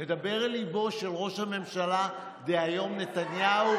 לדבר אל ליבו של ראש הממשלה דהיום נתניהו,